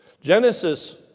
Genesis